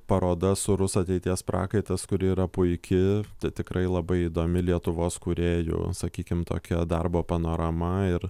paroda sūrus ateities prakaitas kuri yra puiki tikrai labai įdomi lietuvos kūrėjų sakykim tokia darbo panorama ir